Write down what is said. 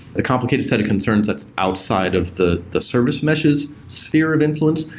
a complicated set of concern that's outside of the the service mesh's sphere of influence,